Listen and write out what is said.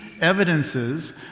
evidences